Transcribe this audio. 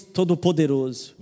Todo-Poderoso